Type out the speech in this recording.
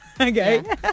Okay